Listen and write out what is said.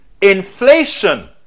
Inflation